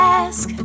ask